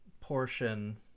portion